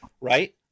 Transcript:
right